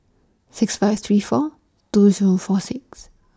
six five three four two Zero four six